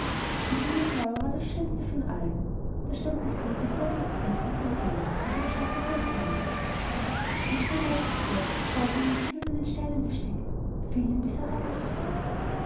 in der mitte aber war das schönste von allem da stand das liebe goldige christkindchen selber und überschaute seine herrlichkeiten ein schneeweißes kleid mit goldenen und silbernen sternen gestickt fiel ihm bis herab auf die füße